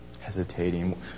hesitating